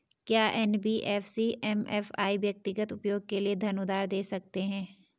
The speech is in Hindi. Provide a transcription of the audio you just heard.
क्या एन.बी.एफ.सी एम.एफ.आई व्यक्तिगत उपयोग के लिए धन उधार दें सकते हैं?